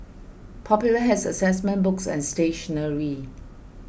Popular has assessment books and stationery